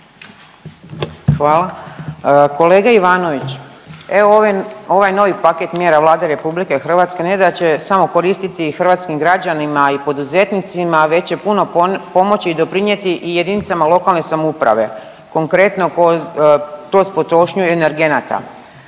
Hvala. Kolega Ivanović, evo ovaj novi paket mjera Vlade Republike Hrvatske ne da će samo koristiti hrvatskim građanima i poduzetnicima već će puno pomoći doprinijeti i jedinicama lokalne samouprave konkretno kroz potrošnju energenata,